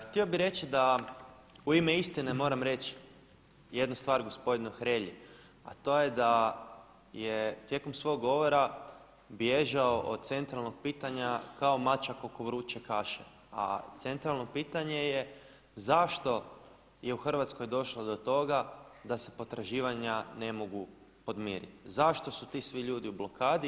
Htio bih reći da u ime istine moram reći jednu stvar gospodinu Hrelji, a to je da je tijekom svog govora bježao od centralnog pitanja kao mačak oko vruće kaše, a centralno pitanje je zašto je u Hrvatskoj došlo do toga da se potraživanja ne mogu podmiriti, zašto su ti svi ljudi u blokadi.